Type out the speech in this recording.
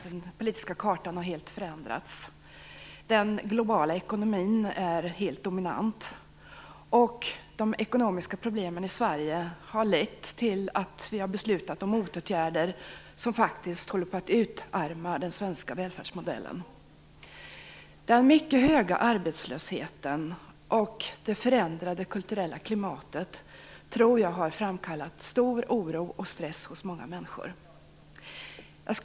Den politiska kartan har helt förändrats, den globala ekonomin är helt dominant och de ekonomiska problemen i Sverige har lett till att det har beslutats om motåtgärder som faktiskt håller på att utarma den svenska välfärdsmodellen. Den mycket höga arbetslösheten och det förändrade kulturella klimatet tror jag har framkallat stor oro och stress hos många människor.